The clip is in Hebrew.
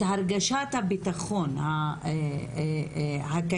את הרגשת הביטחון הקיימת.